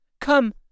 Come